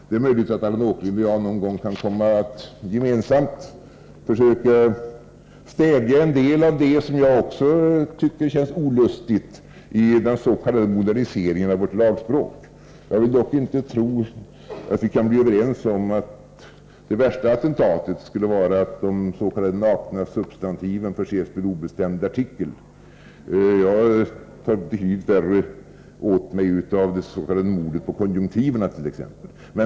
Det är möjligt att Allan Åkerlind och jag någon gång kan komma att gemensamt försöka stävja en del av det som också jag tycker känns olustigt i den s.k. moderniseringen av vårt lagspråk. Jag vill dock inte tro att vi kan bli överens om att det värsta attentatet skulle vara att de s.k. nakna substantiven förses med obestämd artikel. Jag tart.ex. betydligt värre åt mig av det s.k. mordet på konjunktiverna.